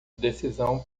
decisão